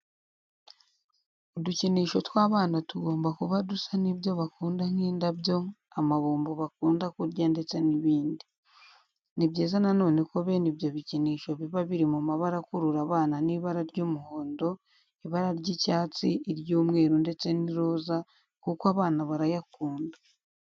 Udukinisho tw'abana tugomba kuba dusa n'ibyo bakunda nk'indabyo, amabombo bakunda kurya ndetse n'ibindi. Ni byiza nanone ko bene ibyo bikinisho biba biri mu mabara akurura abana n'ibara ry'umuhondo, ibara ry'icyatsi, iry'umweru ndetse n'iroza kuko abana barayakunda.